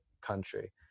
country